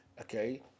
okay